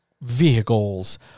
vehicles